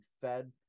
fed